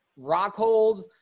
Rockhold